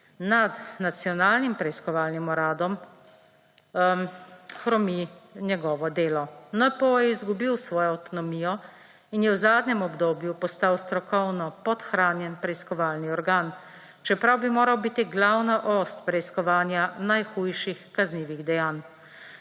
nad Nacionalnim preiskovalnim uradom hromi njegovo delo. NPU je izgubil svojo avtonomijo in je v zadnjem obdobju postal strokovno podhranjen preiskovalni organ, čeprav bi moral biti glavna os preiskovanja najhujših kaznivih dejanj.